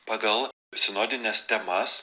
pagal sinodines temas